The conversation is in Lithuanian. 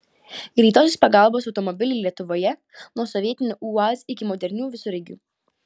greitosios pagalbos automobiliai lietuvoje nuo sovietinių uaz iki modernių visureigių